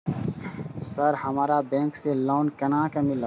Sir हमरा bank से loan केना मिलते?